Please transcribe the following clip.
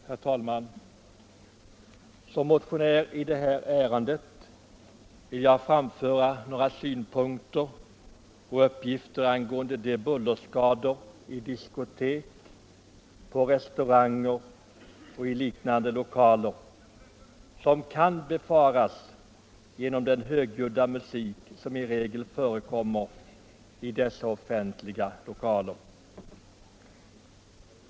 Herr talman! Som motionär i det här ärendet vill jag framföra några synpunkter och uppgifter angående de bullerskador i diskotek, på restauranger och i liknande offentliga lokaler som kan befaras uppstå genom den högljudda musik som i regel förekommer i dessa.